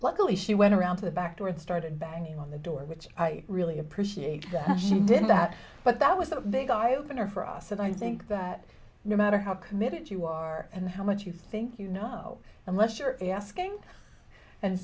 luckily she went around to the back door and started banging on the door which i really appreciate that she did that but that was a big eye opener for us and i think that no matter how committed you are and how much you think you know unless you're asking and